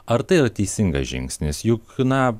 ar tai yra teisingas žingsnis juk na